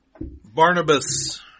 Barnabas